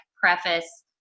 preface